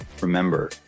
Remember